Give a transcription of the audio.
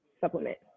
supplement